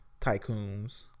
tycoons